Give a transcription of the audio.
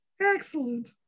Excellent